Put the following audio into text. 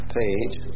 page